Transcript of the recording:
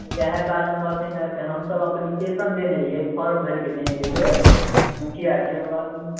ओएह कारणवश हए ने हमसब अप्लीकेशन देने रहियै फर्म भरिके देने रहियै मुखिआके वार्डमे